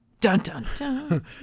Dun-dun-dun